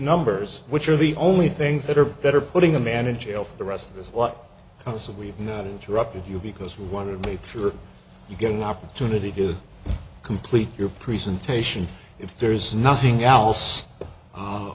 numbers which are the only things that are that are putting a manageable for the rest of this lot also we've not interrupted you because we want to make sure you get an opportunity to complete your presentation if there's nothing else